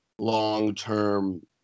long-term